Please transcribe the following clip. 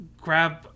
grab